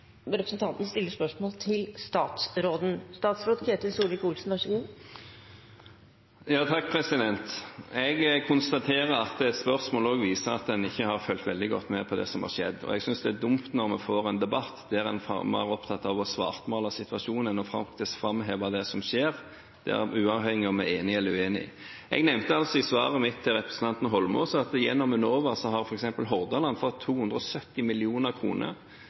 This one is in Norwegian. representanten stiller spørsmål til statsråden. Jeg konstaterer at dette spørsmålet også viser at en ikke har fulgt veldig godt med på det som har skjedd, og jeg synes det er dumt når vi får en debatt der en er mer opptatt av å svartmale situasjonen enn av å framheve det som faktisk skjer, uavhengig av om vi er enige eller uenige. Jeg nevnte i svaret mitt til representanten Eidsvoll Holmås at gjennom Enova har f.eks. Hordaland fått 270